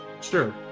Sure